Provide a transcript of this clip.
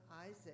Isaac